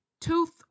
Tooth